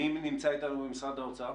מי נמצא איתנו ממשרד האוצר?